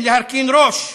אין להרכין ראש,